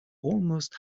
almost